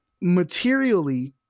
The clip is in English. materially